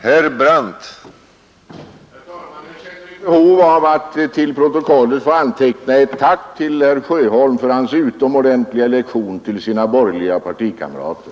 Herr talman! Jag känner behov av att till protokollet få anteckna ett tack till herr Sjöholm för hans utomordentliga lektion till sina borgerliga kamrater.